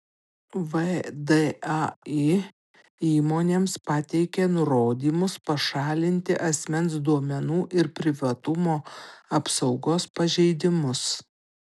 vdai įmonėms pateikė nurodymus pašalinti asmens duomenų ir privatumo apsaugos pažeidimus